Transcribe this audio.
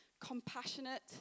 compassionate